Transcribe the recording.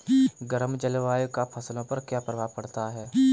गर्म जलवायु का फसलों पर क्या प्रभाव पड़ता है?